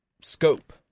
scope